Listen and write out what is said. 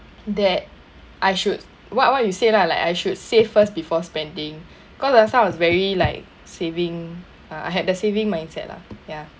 that I should what what you say lah like I should save first before spending cause last time I was very like saving uh I had the saving mindset lah ya